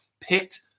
picked